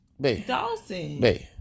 Dawson